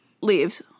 leaves